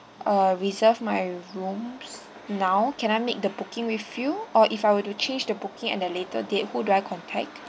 uh reserve my rooms now can I make the booking with you or if I were to change the booking at a later date who do I contact